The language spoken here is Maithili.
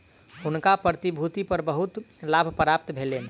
हुनका प्रतिभूति पर बहुत लाभ प्राप्त भेलैन